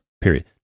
period